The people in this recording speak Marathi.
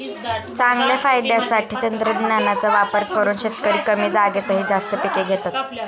चांगल्या फायद्यासाठी तंत्रज्ञानाचा वापर करून शेतकरी कमी जागेतही जास्त पिके घेतात